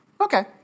Okay